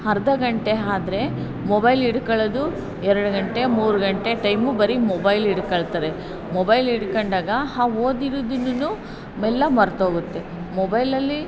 ಅರ್ಧ ಗಂಟೆ ಆದ್ರೆ ಮೊಬೈಲ್ ಹಿಡ್ಕೊಳ್ಳೋದು ಎರಡು ಗಂಟೆ ಮೂಡು ಗಂಟೆ ಟೈಮು ಬರೀ ಮೊಬೈಲ್ ಹಿಡ್ಕೊಳ್ತಾರೆ ಮೊಬೈಲ್ ಹಿಡ್ಕೊಂಡಾಗ ಹಾ ಓದಿರೋದಿನನೂ ಮೆಲ್ಲ ಮರೆತೋಗುತ್ತೆ ಮೊಬೈಲಲ್ಲಿ